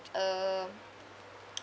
uh